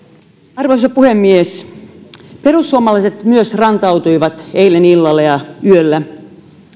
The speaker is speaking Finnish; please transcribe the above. arvoisa puhemies myös perussuomalaiset rantautuivat eilen illalla ja yöllä